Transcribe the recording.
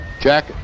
Jack